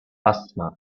asthma